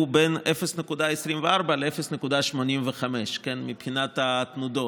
הוא בין 0.24 ל-0.85 מבחינת התנודות.